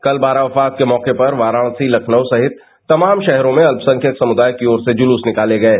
कल बारावफात के मौके पर वाराणसी लखनऊ सहित तमाम शहरों में अत्यसंख्यक समुदाय की ओर से जुलुस निकाले गये